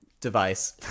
device